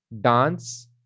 dance